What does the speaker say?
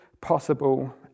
possible